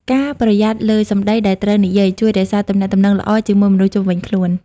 ការប្រយ័ត្នលើសម្ដីដែលត្រូវនិយាយ ជួយរក្សាទំនាក់ទំនងល្អជាមួយមនុស្សជុំវិញខ្លួន។